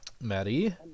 Maddie